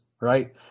right